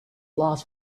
last